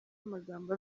amagambo